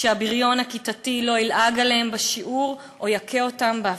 שהבריון הכיתתי לא ילעג להם בשיעור או יכה אותם בהפסקה.